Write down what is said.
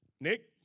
Nick